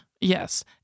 Yes